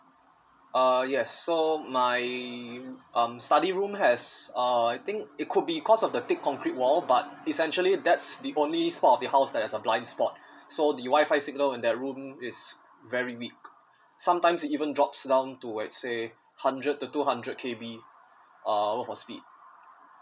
uh yes so my um study room has uh I think it could be because of the thick concrete wall but essentially that's the only spot of the house that has a blind spot so the Wi-Fi signal in that room is very weak sometimes even drops down to let say hundred to two hundred K_B uh work for speed